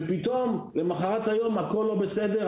ופתאום למחרת היום הכל לא בסדר,